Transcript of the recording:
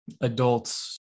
adults